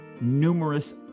numerous